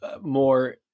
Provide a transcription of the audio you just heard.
more